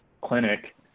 clinic